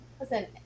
Listen